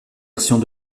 versions